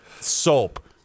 soap